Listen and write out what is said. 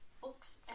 books